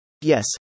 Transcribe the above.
Yes